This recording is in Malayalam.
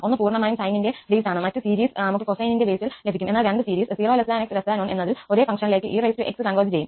ഒന്ന് പൂർണ്ണമായും സൈനിന്റെ ബേസ് ആണ് മറ്റ് സീരീസ് നമുക്ക് കൊസൈനിന്റെ ബേസ്ൽ ലഭിക്കും എന്നാൽ രണ്ട് സീരീസ് 0 𝑥 1 എന്നതിൽ ഒരേ ഫങ്ക്ഷനിലേക്കു ex കോൺവെർജ് ചെയ്യും